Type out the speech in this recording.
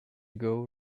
ago